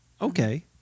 okay